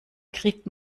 kriegt